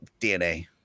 DNA